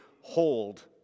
hold